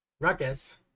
Ruckus